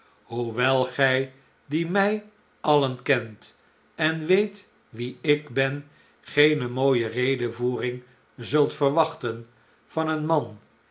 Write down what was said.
hoewel gij die mij alien kent en weet wie ik ben geene mooie redevoering zult verwachten van een man